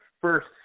first